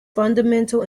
fundamental